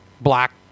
black